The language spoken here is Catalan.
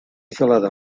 gelada